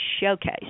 showcase